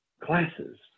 classes